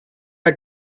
are